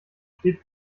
steht